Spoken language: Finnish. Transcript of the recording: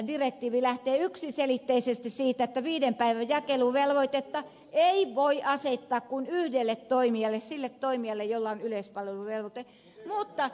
direktiivi lähtee yksiselitteisesti siitä että viiden päivän jakeluvelvoitetta ei voi asettaa kuin yhdelle toimijalle sille toimijalle jolla on yleispalveluvelvoite